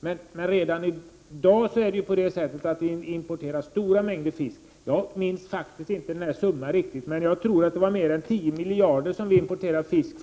Men redan i dag importerar vi stora mängder fisk. Jag minns inte riktigt summan, men jag tror att det var för mer än tio miljarder per år som vi importerar fisk.